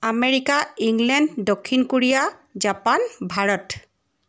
America England দক্ষিণ Korea Japan Bharat